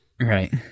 right